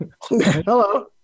Hello